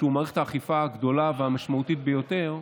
שהוא מערכת האכיפה הגדולה והמשמעותית ביותר,